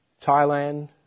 Thailand